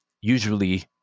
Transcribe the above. usually